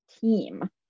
team